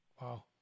Wow